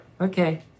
Okay